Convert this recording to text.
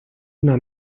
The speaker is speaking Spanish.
una